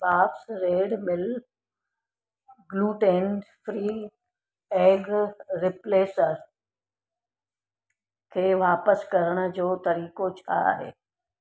bobs red mill gluten free egg replacer खे वापसि करण जो तरीक़ो छा आहे